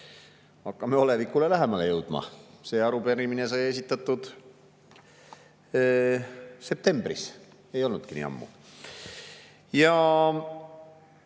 Hakkame olevikule lähemale jõudma. See arupärimine sai esitatud septembris, mis ei olnudki nii ammu.